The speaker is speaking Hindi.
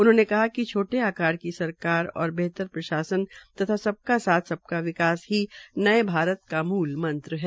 उन्होंने कहा कि छोटे आकार की सरकार और बेहतर प्रशासन तथा सबका विकास ही नये भारत का मूलमंत्र है